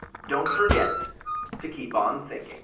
don't forget to keep on thinking!